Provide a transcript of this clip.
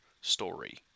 story